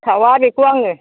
सावा बेखौ आङो